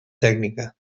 tècnica